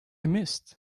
missed